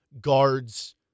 guards